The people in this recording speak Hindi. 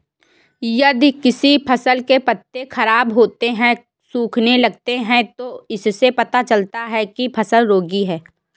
यदि किसी फसल के पत्ते खराब होते हैं, सूखने लगते हैं तो इससे पता चलता है कि फसल रोगी है